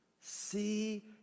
see